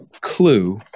Clue